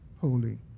holy